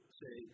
say